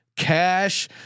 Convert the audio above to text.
cash